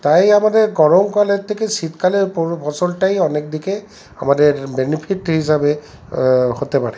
তাই আমাদের গরমকালের থেকে শীতকালের পুরো ফসলটাই অনেকদিকে আমাদের বেনিফিট হিসাবে হতে পারে